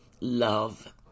love